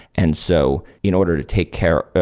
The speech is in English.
and so in order to take care,